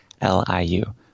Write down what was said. L-I-U